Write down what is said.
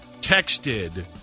texted